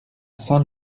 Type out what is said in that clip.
saint